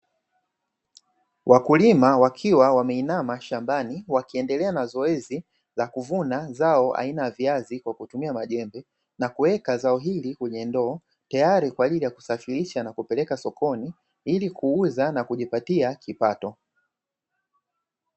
Wakulima wakiwa wameinama shambani, wakiendelea na zoezi la kuvuna zao aina ya viazi kwa kutumia majembe na kuweka zao hilo kwenye ndoo tayari kwa ajili ya kusafirisha na kupelekae sokoni ili kuuza na kujipatia kipato.